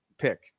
Pick